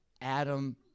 Adam